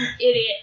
Idiot